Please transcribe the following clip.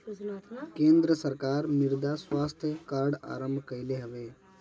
केंद्र सरकार मृदा स्वास्थ्य कार्ड आरंभ कईले हवे